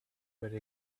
very